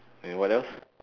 and what else